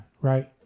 Right